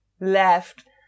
left